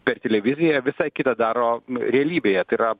per televiziją visai kitą daro realybėje tai yra